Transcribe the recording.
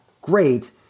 great